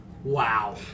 Wow